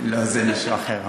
לא, זה מישהו אחר אמר.